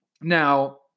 Now